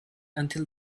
until